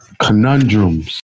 conundrums